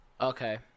Okay